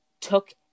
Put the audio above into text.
took